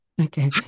Okay